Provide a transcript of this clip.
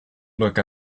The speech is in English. look